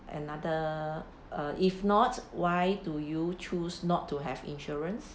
another err if not why do you choose not to have insurance